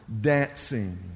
dancing